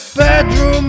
bedroom